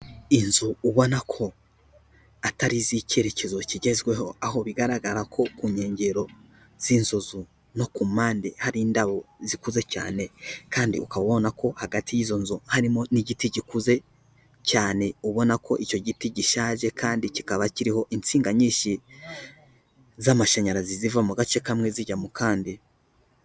Inzu ubona ko atari iz'icyerekezo kigezweho, aho bigaragara ko ku nkengero z'izo nzu no ku mpande hari indabo zikuze cyane, kandi ukaba ubona ko hagati y'izo nzu harimo n'igiti gikuze cyane, ubona ko icyo giti gishaje kandi kikaba kiriho insinga nyinshi z'amashanyarazi ziva mu gace kamwe zijya mu kandi.